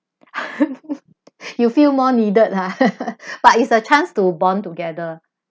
you feel more needed ah but it's a chance to bond together